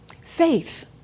Faith